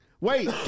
Wait